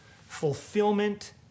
fulfillment